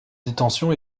détention